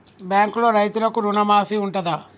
బ్యాంకులో రైతులకు రుణమాఫీ ఉంటదా?